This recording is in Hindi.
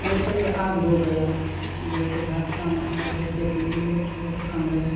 जैसे कि अब हो गया जैसे भाजपा मतलब जैसे कि या तो बूझे कॉन्ग्रेस